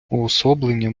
уособлення